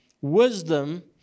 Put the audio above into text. wisdom